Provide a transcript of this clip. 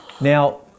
Now